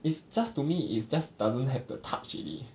it's just to me is just doesn't have the touch already